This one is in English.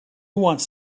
wants